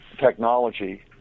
technology